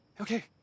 Okay